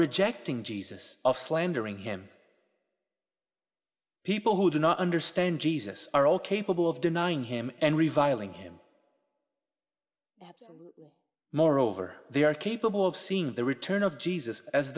rejecting jesus of slandering him people who do not understand jesus are all capable of denying him and reviling him moreover they are capable of seeing the return of jesus as